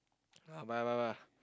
ah bye bye bye